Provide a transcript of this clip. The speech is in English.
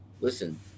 Listen